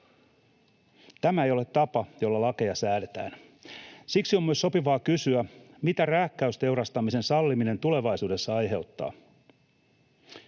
Tämä ei ole tapa, jolla lakeja säädetään. Siksi on myös sopivaa kysyä, mitä rääkkäysteurastamisen salliminen tulevaisuudessa aiheuttaa.